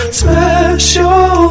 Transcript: special